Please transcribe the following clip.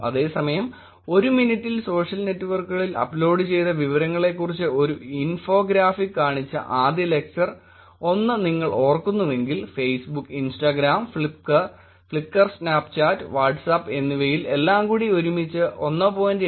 അതേസമയം 1 മിനിറ്റിൽ സോഷ്യൽ നെറ്റ്വർക്കുകളിൽ അപ്ലോഡുചെയ്ത വിവരങ്ങളെക്കുറിച്ച് ഒരു ഇൻഫോഗ്രാഫിക് കാണിച്ച ആദ്യ ലെക്ചർ 1 നിങ്ങൾ ഓർക്കുന്നുവെങ്കിൽ Facebook Instagram Flickr Snapchat WhatsApp എന്നിവയിൽ എല്ലാംകൂടി ഒരുമിച്ച് 1